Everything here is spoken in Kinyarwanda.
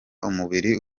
umubiri